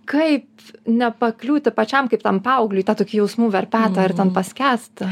kaip nepakliūti pačiam kaip tam paaugliui tą tokį jausmų verpetą ar ten paskęsti